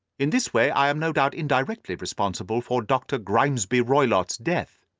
in this way i am no doubt indirectly responsible for dr. grimesby roylott's death,